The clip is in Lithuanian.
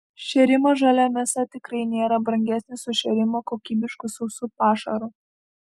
šėrimas žalia mėsa tikrai nėra brangesnis už šėrimą kokybišku sausu pašaru